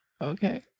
Okay